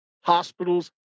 hospitals